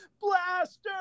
Blaster